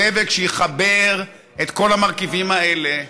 דבק שיחבר את כל המרכיבים האלה,